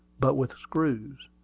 but with screws.